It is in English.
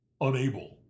unable